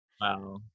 wow